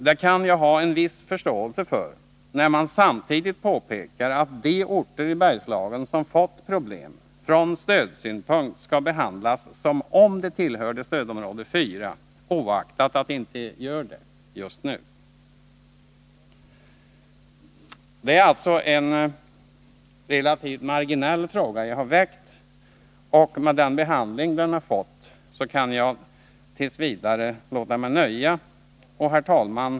Det kan jag ha en viss förståelse för när man samtidigt påpekar att de orter i Bergslagen som fått problem från stödsynpunkt skall behandlas som om de tillhörde stödområde 4, oaktat att de inte gör detta just nu. — Det är alltså en relativt marginell fråga jag har väckt, och med den behandling den har fått kan jag t. v. låta mig nöja. Herr talman!